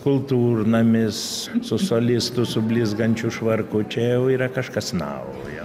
kultūrnamis su solistu su blizgančiu švarku čia jau yra kažkas naujo